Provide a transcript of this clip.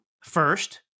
first